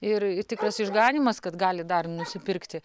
ir tikras išganymas kad gali dar nusipirkti